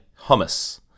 hummus